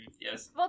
yes